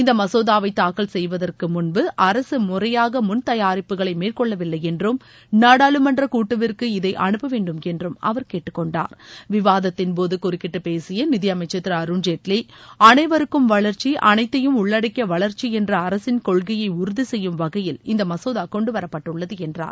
இந்த மசோதாவை தாக்கல் செய்வதற்கு முள்பு மேற்கொள்ளவில்லை என்றும் நாடாளுமன்ற கூட்டுக்குழுவிற்கு இதை அனுப்ப வேண்டும் என்றும் அவர் கேட்டுக்கொண்டார் விவாத்ததின்போது குறக்கிட்டு பேசிய நிதியமைச்சர் திரு அருண்ஜேட்வி அனைவருக்கும் வளர்ச்சி அளைத்தையும் உள்ளடக்கிய வளர்ச்சி என்ற அரசின் கொள்கையை உறுதிசெய்யும் வகையில் இந்த மசோதா கொண்டுவரப்பட்டுள்ளது என்றார்